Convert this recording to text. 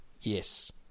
Yes